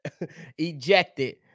ejected